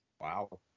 Wow